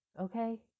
okay